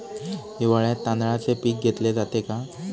हिवाळ्यात तांदळाचे पीक घेतले जाते का?